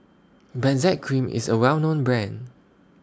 Benzac Cream IS A Well known Brand